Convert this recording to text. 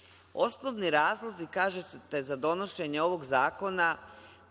većinu. Osnovni razlozi, kažete, za donošenje ovog zakona,